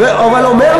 אבל אומר,